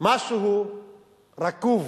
משהו רקוב.